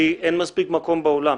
כי אין מספיק מקום באולם.